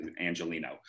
Angelino